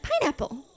pineapple